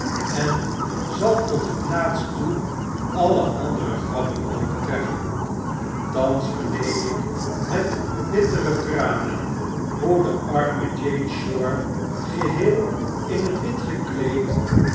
en zal tot het laatst toe alle andere grappen overtreffen thans verneem ik met bittere tranen hoe de arme jane shore geheel in t wit gekleed